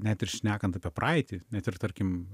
net ir šnekant apie praeitį net ir tarkim